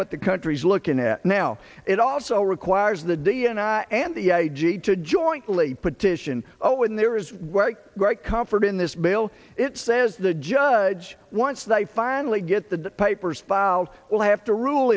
what the country's looking at now it also requires the d n i and the agency to jointly petition oh and there is great comfort in this bill it says the judge once they finally get the papers filed we'll have to rule